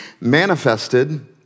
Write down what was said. manifested